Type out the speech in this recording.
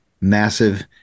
massive